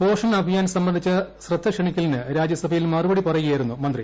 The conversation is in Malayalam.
പോഷൻ അഭിയാൻ സംബന്ധിച്ചു ശ്രദ്ധക്ഷണിക്കലിന് രാജ്യസഭയിൽ മറുപടി പറയുകയായിരുന്നു മന്ത്രി